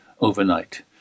overnight